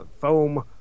foam